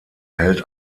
held